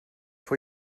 vor